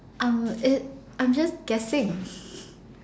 um it's I'm just guessing